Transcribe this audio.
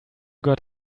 got